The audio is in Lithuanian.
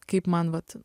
kaip man vat